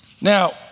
Now